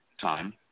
time